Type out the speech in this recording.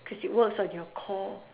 cause it works on your core